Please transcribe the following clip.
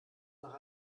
nach